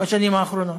בשנים האחרונות.